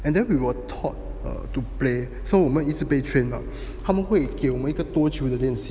and then we were taught err to play so 我们一直被 train up 他们会给我们一个多球的练习